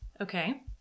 Okay